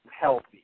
healthy